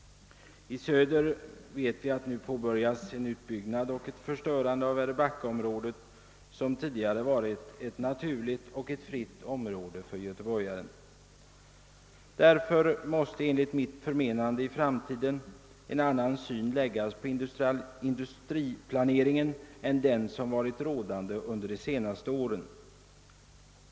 Jag vet att det i söder påbörjas en utbyggnad och ett förstörande av väröbackaområdet, som tidigare varit ett naturligt och fritt område för göteborgaren. Därför måste enligt mitt förmenande i framtiden en annan syn läggas på industriplaneringen än den som varit rådande under de senaste åren.